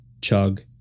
Chug